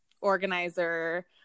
organizer